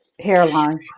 hairline